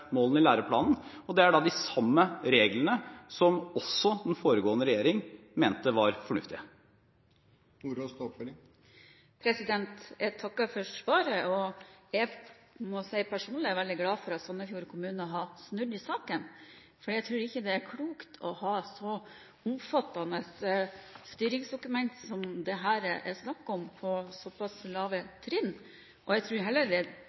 målene i læreplanen, og det er de samme reglene som også den foregående regjering mente var fornuftige. Jeg takker for svaret. Jeg er personlig veldig glad for at Sandefjord kommune har snudd i saken, for jeg tror ikke det er klokt å ha så omfattende styringsdokument som det her er snakk om, på såpass lave trinn. Jeg tror heller